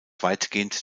weitgehend